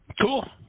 Cool